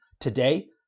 today